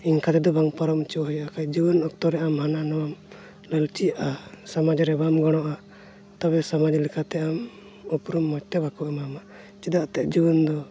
ᱤᱱᱠᱟ ᱨᱮᱫᱚ ᱵᱟᱝ ᱯᱟᱨᱚᱢ ᱦᱚᱪᱚ ᱦᱩᱭᱩᱜᱼᱟ ᱵᱟᱠᱷᱟᱱ ᱡᱩᱣᱟᱹᱱ ᱚᱠᱛᱚ ᱨᱮ ᱟᱢ ᱦᱟᱱᱟ ᱱᱷᱟᱣᱟᱢ ᱥᱚᱢᱟᱡᱽ ᱨᱮ ᱵᱟᱢ ᱚᱲᱚᱜᱼᱟ ᱛᱚᱵᱮ ᱥᱚᱢᱟᱡᱽ ᱞᱮᱠᱟᱛᱮ ᱟᱢ ᱩᱯᱨᱩᱢ ᱢᱤᱫᱴᱮᱱ ᱵᱟᱠᱚ ᱮᱢᱟᱢᱟ ᱪᱮᱫᱟᱜ ᱮᱱᱛᱮ ᱡᱩᱣᱟᱹᱱ ᱫᱚ